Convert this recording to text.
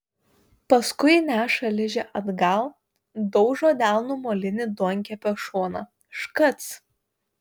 paskui neša ližę atgal daužo delnu molinį duonkepio šoną škac